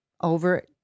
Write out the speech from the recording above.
over